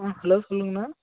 ஆ hello சொல்லுங்கண்ணா